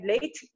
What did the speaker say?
late